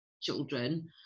children